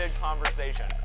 conversation